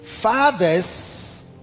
fathers